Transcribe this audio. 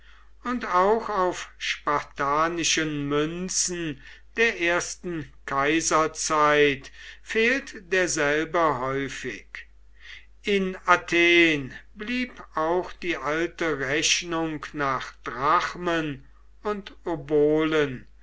und auch auf spartanischen münzen der ersten kaiserzeit fehlt derselbe häufig in athen blieb auch die alte rechnung nach drachmen und obolen